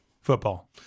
Football